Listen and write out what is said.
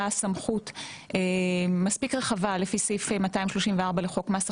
סמכות מספיק רווחה לפי סעיף 234 לחוק מס הכנסה,